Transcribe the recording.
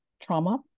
trauma